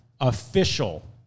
official